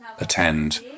attend